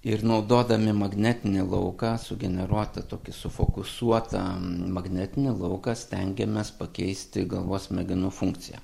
ir naudodami magnetinį lauką sugeneruotą tokį sufokusuotą magnetinį lauką stengiamės pakeisti galvos smegenų funkciją